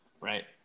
Right